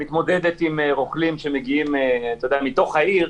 -- שמתמודדת עם רוכלים שמגיעים מתוך העיר.